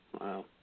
Wow